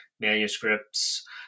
manuscripts